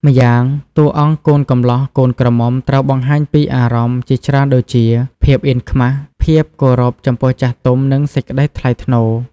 ម្យ៉ាង តួអង្គកូនកំលោះ កូនក្រមុំត្រូវបង្ហាញពីអារម្មណ៍ជាច្រើនដូចជា ភាពអៀនខ្មាស ភាពគោរពចំពោះចាស់ទុំ និង សេចក្តីថ្លៃថ្នូរ។